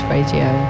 Radio